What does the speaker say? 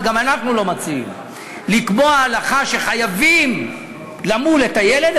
וגם אנחנו לא מציעים לקבוע הלכה שחייבים למול את הילד,